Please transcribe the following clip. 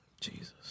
Jesus